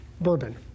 bourbon